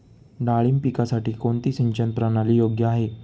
डाळिंब पिकासाठी कोणती सिंचन प्रणाली योग्य आहे?